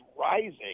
rising